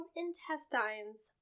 intestines